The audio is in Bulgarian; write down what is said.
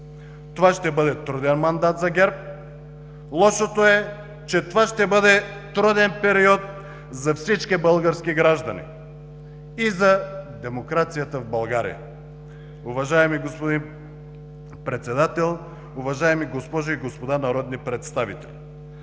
Това ще бъде труден мандат за ГЕРБ. Лошото е, че това ще бъде труден период за всички български граждани и за демокрацията в България. Уважаеми господин Председател, уважаеми госпожи и господа народни представители!